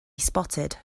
spotted